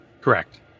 Correct